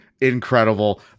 incredible